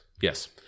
Yes